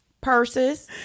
Purses